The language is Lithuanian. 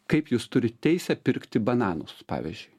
kaip jūs turit teisę pirkti bananus pavyzdžiui